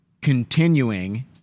continuing